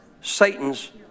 Satan's